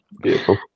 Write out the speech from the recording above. Beautiful